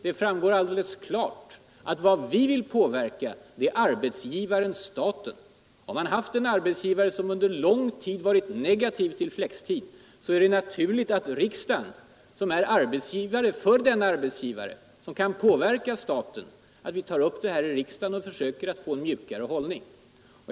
Där framgår det alldeles klart att vad vi vill påverka är arbetsgivaren staten. Om en arbetsgivare under lång tid varit negativ till flextid är det naturligt att riksdagen, som är arbetsgivare för denna arbetsgivare, tar upp frågan och försöker åstadkomma en mjukare hållning.